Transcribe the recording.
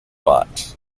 butt